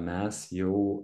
mes jau